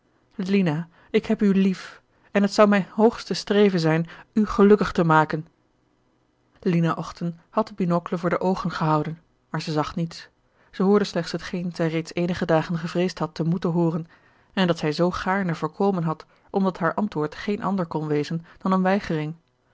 ik heb u lief en het zou mijn hoogste streven zijn u gelukkig te maken lina ochten had den binocle voor de oogen gehouden gerard keller het testament van mevrouw de tonnette maar zij zag niets zij hoorde slechts hetgeen zij reeds eenige dagen gevreesd had te moeten hooren en dat zn zoo gaarne voorkomen had omdat haar antwoord geen ander kon wezen dan eene weigering